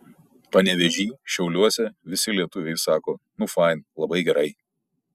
panevėžy šiauliuose visi lietuviai sako nu fain labai gerai